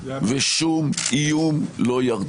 ושום איום לא ירתיע.